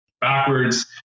backwards